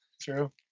true